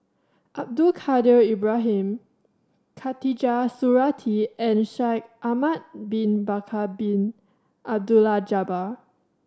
Abdul Kadir Ibrahim Khatijah Surattee and Shaikh Ahmad Bin Bakar Bin Abdullah Jabbar